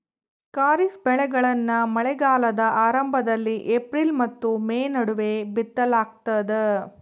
ಖಾರಿಫ್ ಬೆಳೆಗಳನ್ನ ಮಳೆಗಾಲದ ಆರಂಭದಲ್ಲಿ ಏಪ್ರಿಲ್ ಮತ್ತು ಮೇ ನಡುವೆ ಬಿತ್ತಲಾಗ್ತದ